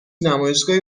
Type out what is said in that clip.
نمایشگاهی